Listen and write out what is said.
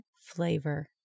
flavor